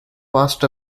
passed